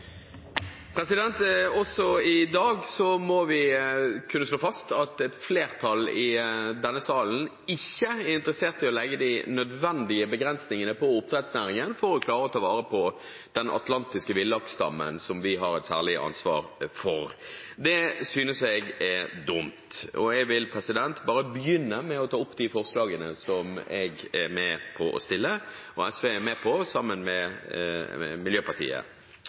interessert i å legge de nødvendige begrensningene på oppdrettsnæringen for å klare å ta vare på den atlantiske villaksstammen som vi har et særlig ansvar for. Det synes jeg er dumt. Jeg vil begynne med å ta opp de forslagene som jeg og SV har sammen med Miljøpartiet De Grønne. Det som er problemet, og som vi diskuterer helt konkret, i Hardanger, er følgende: Oppdrettsnæringen og oppdrettsnæringens vekst har ødelagt for villaksen. Villaksbestanden har kontinuerlig gått drastisk ned, med